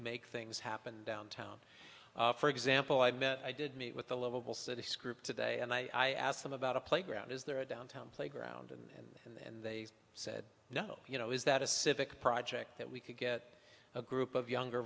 make things happen downtown for example i met i did meet with a livable city scroope today and i asked them about a playground is there a downtown playground and and they said no you know is that a civic project that we could get a group of younger